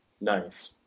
nice